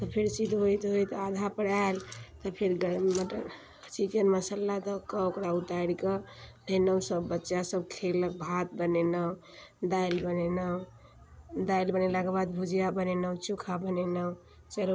तऽ फेर सिद्ध होइत होइत आधापर आयल तऽ फेर गरम मटन चिकेन मसाला दऽ कऽ ओकरा उतारिके धेलहुँ सब बच्चा सब खेलक भात बनेलहुँ दालि बनेलहुँ दालि बनेलाके बाद भुजिया बनेलहुँ चोखा बनेलहुँ चरौरी